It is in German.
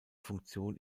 funktion